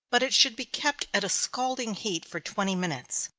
but it should be kept at a scalding heat for twenty minutes.